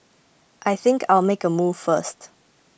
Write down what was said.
I think I'll make a move first